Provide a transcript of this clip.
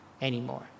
anymore